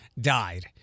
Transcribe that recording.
died